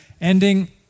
ending